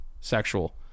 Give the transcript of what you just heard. sexual